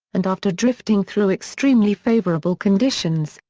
and after drifting through extremely favorable conditions,